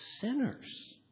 sinners